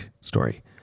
story